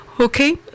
Okay